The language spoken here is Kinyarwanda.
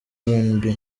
rnb